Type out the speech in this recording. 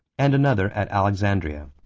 and another at alexandria.